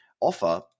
offer